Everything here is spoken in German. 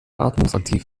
atmungsaktiv